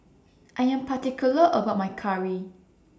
I Am particular about My Curry